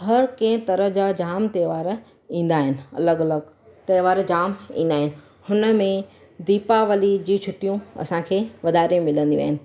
हर कंहिं तरह जा जाम त्योहार ईंदा आहिनि अलॻि अलॻि त्योहार जाम ईंदा आहिनि हुनमें दीपावली जी छुटियूं असांखे वधारे मिलंदियूं आहिनि